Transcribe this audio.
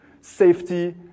Safety